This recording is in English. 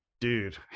dude